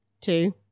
Two